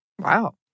Wow